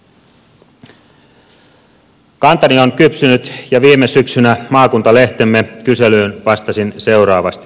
kantani on kypsynyt ja viime syksynä maakuntalehtemme kyselyyn vastasin seuraavasti